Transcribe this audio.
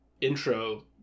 intro